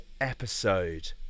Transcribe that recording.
episode